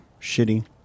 shitty